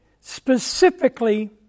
specifically